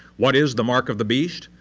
what is the mark of the beast?